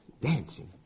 Dancing